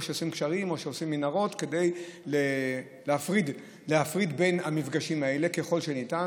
או שעושים גשרים או שעושים מנהרות כדי למנוע את המפגשים האלה ככל שניתן.